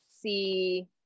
see